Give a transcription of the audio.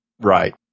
Right